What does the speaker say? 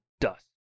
dust